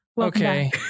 Okay